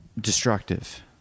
destructive